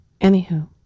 Anywho